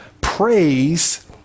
praise